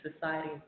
society